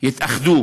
יתאחדו